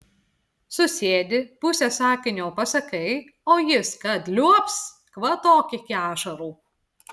susėdi pusę sakinio pasakai o jis kad liuobs kvatok iki ašarų